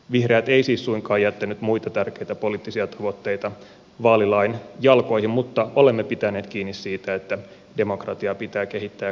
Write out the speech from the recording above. vihreät ei siis suinkaan jättänyt muita tärkeitä poliittisia tavoitteita vaalilain jalkoihin mutta olemme pitäneet kiinni siitä että demokratiaa pitää kehittää ja kansanvaltaa vahvistaa